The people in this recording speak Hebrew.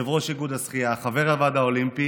יו"ר איגוד השחייה, חבר הוועד האולימפי,